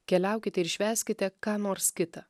keliaukite ir švęskite ką nors kita